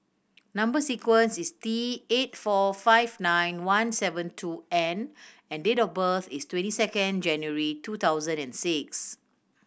number sequence is T eight four five nine one seven two N and date of birth is twenty second January two thousand and six